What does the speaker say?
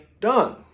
done